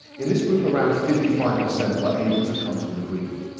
in this group around fifty five percent were able to come to an agreement.